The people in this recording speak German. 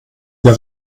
wir